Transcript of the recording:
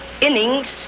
innings